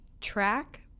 track